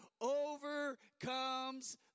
overcomes